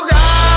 God